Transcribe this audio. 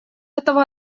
этого